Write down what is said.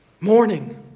morning